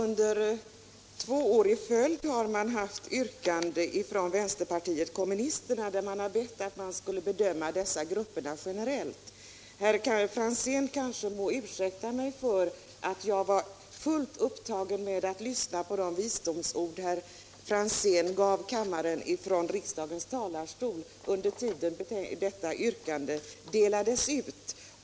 Herr talman! Två år i följd har vänsterpartiet kommunisterna yrkat att man skall bedöma dessa grupper generellt. Herr Franzén kan kanske ursäkta mig, eftersom jag var fullt upptagen med att lyssna på de visdomsord han gav kammarens ledamöter från riksdagens talarstol under tiden som detta yrkande delades ut.